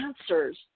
answers